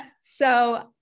So-